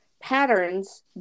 patterns